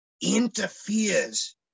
interferes